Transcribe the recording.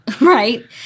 right